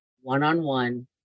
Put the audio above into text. one-on-one